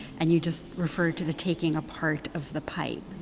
and you just referred to the taking apart of the pipe.